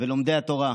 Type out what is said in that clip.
ולומדי התורה,